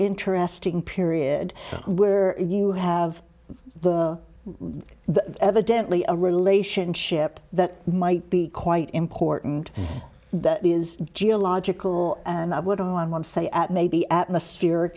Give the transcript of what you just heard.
interesting period where you have the evidently a relationship that might be quite important that is geological and i would on one say at maybe atmosphere